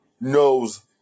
knows